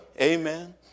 Amen